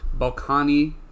Balkani